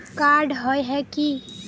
Card होय है की?